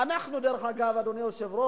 ייתנו כסף,